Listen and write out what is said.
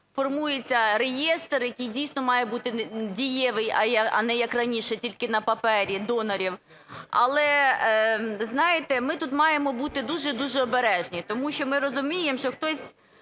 формується реєстр, який дійсно має бути дієвий, а не як раніше, тільки на папері, донорів. Але, знаєте, ми тут маємо бути дуже-дуже обережні. Тому що ми розуміємо, що хтось,